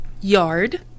yard